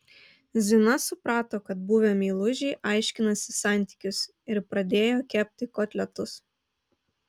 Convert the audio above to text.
zina suprato kad buvę meilužiai aiškinasi santykius ir pradėjo kepti kotletus